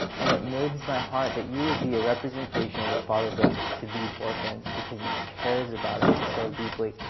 and it moves my heart that you would be a representation of the father's love to these orphans, because he cares about them so deeply.